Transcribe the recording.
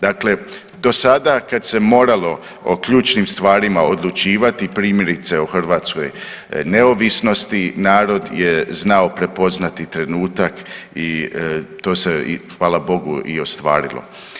Dakle, dosada kad se moralo o ključnim stvarima odlučivati, primjerice o Hrvatskoj neovisnosti narod je znao prepoznati trenutak i to se i hvala Bogu i ostvarilo.